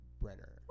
Brenner